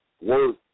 work